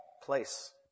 place